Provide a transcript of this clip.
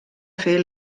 fer